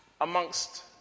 Amongst